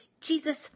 Jesus